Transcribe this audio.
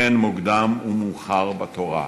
אין מוקדם ומאוחר בתורה.